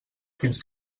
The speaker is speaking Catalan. fins